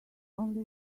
only